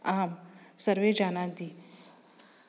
आं सर्वे जानान्ति